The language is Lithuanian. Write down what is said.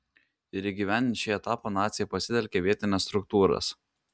ir įgyvendinti šį etapą naciai pasitelkė vietines struktūras